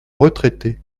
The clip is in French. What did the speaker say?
retraités